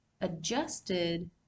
adjusted